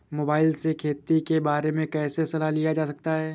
Mobile से खेती के बारे कैसे सलाह लिया जा सकता है?